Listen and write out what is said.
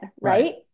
Right